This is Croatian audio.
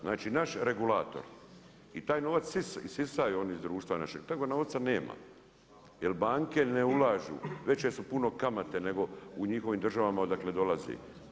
Znači naš regulator i taj novac isisavaju iz društva našeg, takvog novca nema jer banke ne ulažu, veće su puno kamate nego u njihovim državama odakle dolaze.